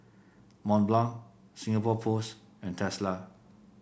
Mont Blanc Singapore Post and Tesla